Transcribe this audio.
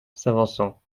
s’avançant